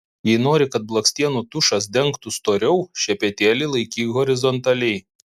jei nori kad blakstienų tušas dengtų storiau šepetėlį laikyk horizontaliai